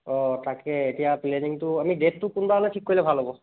অঁ তাকে এতিয়া প্লেনিংটো আমি ডে'টটো কোন বাৰলৈ ঠিক কৰিলে ভাল হ'ব